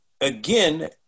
again